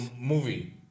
movie